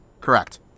Correct